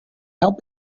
help